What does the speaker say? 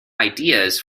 ideas